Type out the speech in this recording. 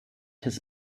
his